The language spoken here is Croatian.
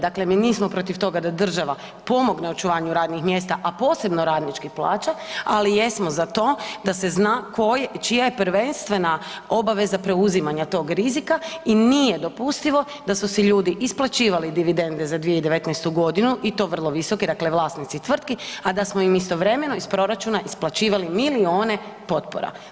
Dakle, mi nismo protiv toga da država pomogne očuvanju radnih mjesta, a posebno radničkih plaća, ali jesmo za to da se zna čija je prvenstvena obaveza preuzimanja tog rizika i nije dopustivo da su si ljudi isplaćivali dividende za 2019.g. i to vrlo visoke, dakle vlasnici tvrtki, a da smo im istovremeno iz proračuna isplaćivali milijune potpora.